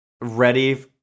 ready